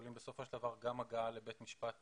שכוללים בסופו של דבר גם הגעה לבית משפט